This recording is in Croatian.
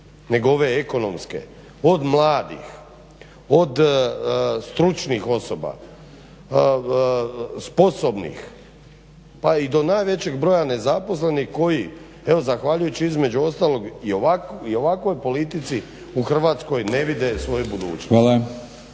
nego ove ekonomske, od mladih, od stručnih osoba, sposobnih pa i do najvećeg broja nezaposlenih koji evo zahvaljujući između ostalog i ovakvoj politici u Hrvatskoj ne vide svoju budućnost.